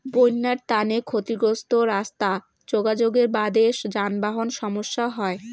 বইন্যার তানে ক্ষতিগ্রস্ত রাস্তা যোগাযোগের বাদে যানবাহন সমস্যা হই